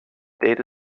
data